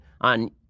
on